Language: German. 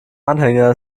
anhänger